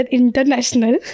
international